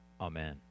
Amen